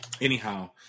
anyhow